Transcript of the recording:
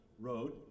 road